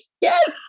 Yes